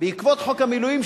בעקבות חוק המילואים,